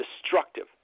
destructive